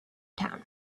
town